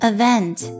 Event